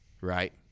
right